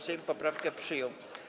Sejm poprawkę przyjął.